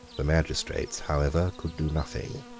the magistrates, however, could do nothing.